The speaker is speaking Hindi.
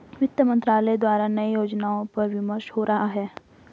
वित्त मंत्रालय द्वारा नए योजनाओं पर विमर्श हो रहा है